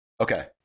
Okay